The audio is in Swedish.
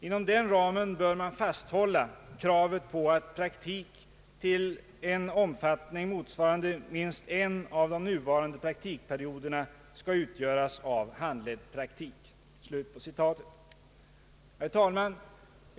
Inom den ramen bör man fasthålla kravet på att praktik till en omfattning motsvarande minst en av de nuvarande praktikperioderna skall utgöras av handledd praktik.” Herr talman!